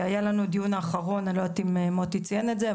אני לא יודעת אם מוטי ציין את זה,